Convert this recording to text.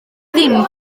ddim